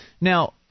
Now